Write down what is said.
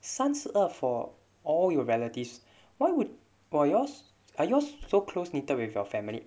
三十二 for all your relatives why would !wah! yours are yours so close knitted with your family